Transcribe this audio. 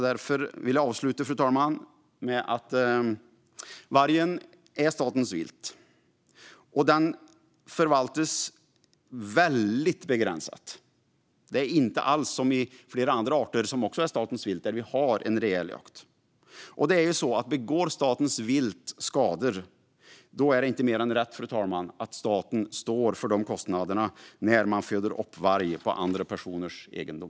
Därför vill jag avsluta med att säga att vargen är statens vilt, och den förvaltas väldigt begränsat. Det är inte alls som med flera andra arter som också är statens vilt, där vi har en reell jakt. Gör statens vilt skada är det inte mer än rätt att staten står för kostnaderna. Den föder ju upp varg på andra personers egendom.